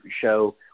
show